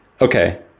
Okay